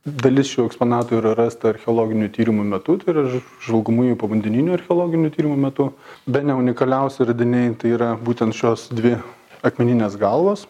dalis šių eksponatų yra rasta archeologinių tyrimų metu tai yra žvalgomųjų povandeninių archeologinių tyrimų metu bene unikaliausi radiniai yra būtent šios dvi akmeninės galvos